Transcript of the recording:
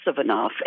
enough